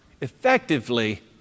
effectively